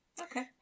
Okay